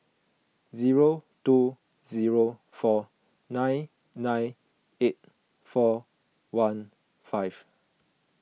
zero two zero four nine nine eight four one five